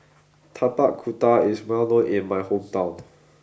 Tapak Kuda is well known in my hometown